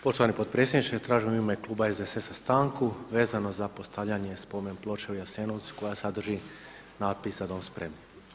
Poštovani potpredsjedniče tražim u ime kluba SDSS-a stanku vezano za postavljanje spomen ploče u Jasenovcu koja sadrži natpis „Za dom spremni“